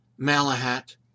Malahat